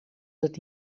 dat